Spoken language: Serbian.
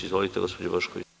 Izvolite, gospođo Bošković.